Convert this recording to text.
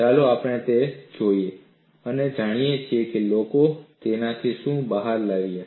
ચાલો આપણે જોઈએ અને જાણીએ કે લોકો તેનાથી શું બહાર આવ્યા છે